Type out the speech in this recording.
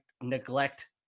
neglect